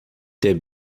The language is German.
der